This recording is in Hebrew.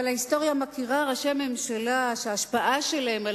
אבל ההיסטוריה מכירה ראשי ממשלה שההשפעה שלהם על